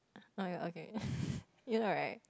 oh ya okay you know right